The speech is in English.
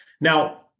Now